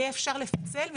יהיה אפשר לפצל,